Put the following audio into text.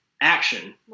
action